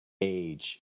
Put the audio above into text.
age